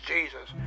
Jesus